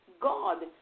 God